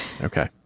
okay